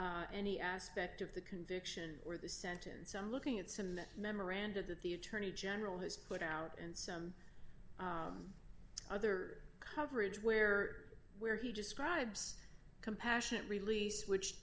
in any aspect of the conviction or the sentence i'm looking at cement memoranda that the attorney general has put out and some other coverage where where he describes compassionate release which